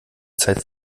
zeit